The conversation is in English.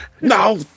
no